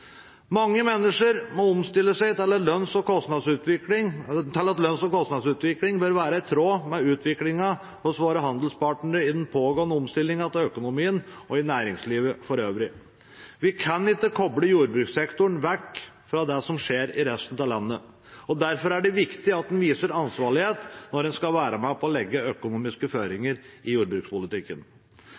Mange mennesker må omstille seg til at lønns- og kostnadsutviklingen bør være i tråd med utviklingen hos våre handelspartnere i den pågående omstillingen til økonomien og i næringslivet for øvrig. Vi kan ikke koble jordbrukssektoren vekk fra det som skjer i resten av landet, og derfor er det viktig at en viser ansvarlighet når en skal være med på å legge økonomiske føringer i jordbrukspolitikken.